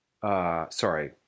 sorry